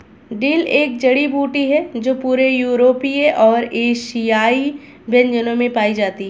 dill एक जड़ी बूटी है जो पूरे यूरोपीय और एशियाई व्यंजनों में पाई जाती है